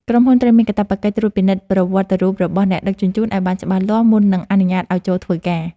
ក្រុមហ៊ុនត្រូវមានកាតព្វកិច្ចត្រួតពិនិត្យប្រវត្តិរូបរបស់អ្នកដឹកជញ្ជូនឱ្យបានច្បាស់លាស់មុននឹងអនុញ្ញាតឱ្យចូលធ្វើការ។